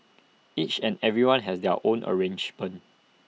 each and everyone has their own arrangement